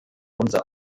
unser